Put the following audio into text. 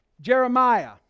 Jeremiah